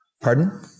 pardon